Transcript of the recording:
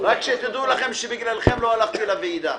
--- רק שתדעו לכם שבגללכם לא הלכתי לוועידה.